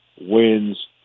wins